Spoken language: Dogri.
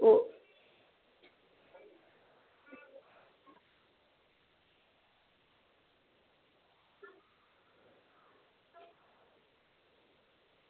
ओह्